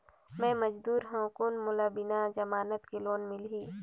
मे मजदूर हवं कौन मोला बिना जमानत के लोन मिलही?